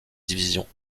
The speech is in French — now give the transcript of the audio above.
division